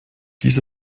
dies